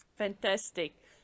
Fantastic